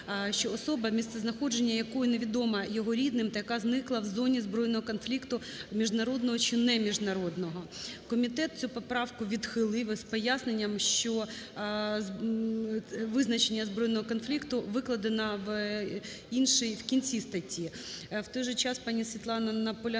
конфлікт. Що "особа, місцезнаходження якої невідомо його рідним та яка зникла в зоні збройного конфлікту (міжнародного чи неміжнародного)". Комітет цю поправку відхилив з поясненням, що визначення збройного конфлікту викладено в іншій, в кінці статті. В той же час пані Світлана наполягає,